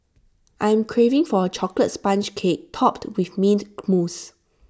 I am craving for A Chocolate Sponge Cake Topped with Mint Mousse